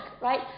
right